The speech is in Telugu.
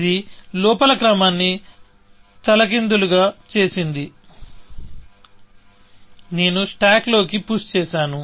ఇది లోపల క్రమాన్ని తలక్రిందులుగా చేసింది నేను స్టాక్ లోకి పుష్ చేసాను